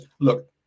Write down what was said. look